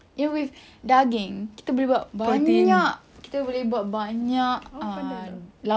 ya with daging kita boleh buat banyak kita boleh buat banyak uh lauk